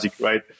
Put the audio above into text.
right